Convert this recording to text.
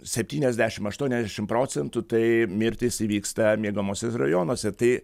septyniasdešim aštuoniasdešim procentų tai mirtis įvyksta miegamuosiuose rajonuose tai